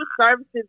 services